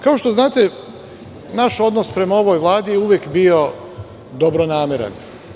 Kao što znate naš odnos prema ovoj Vladi je uvek bio dobronameran.